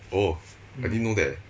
oh I didn't know that eh